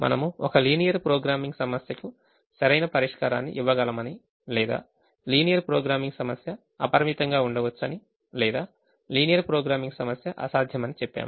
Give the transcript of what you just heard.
మనము ఒక linear programming సమస్యకు సరైన పరిష్కారాన్ని ఇవ్వగలమని లేదా లీనియర్ ప్రోగ్రామింగ్ సమస్య అపరిమితంగా ఉండవచ్చని లేదా లీనియర్ ప్రోగ్రామింగ్ సమస్య అసాధ్యమని చెప్పాము